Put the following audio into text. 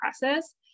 process